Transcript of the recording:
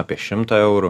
apie šimtą eurų